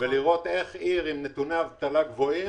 ולראות איך בעיר עם נתוני אבטלה גבוהים,